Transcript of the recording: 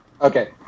okay